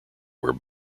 where